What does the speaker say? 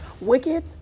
wicked